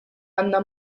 għandna